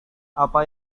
apa